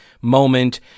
moment